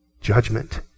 Judgment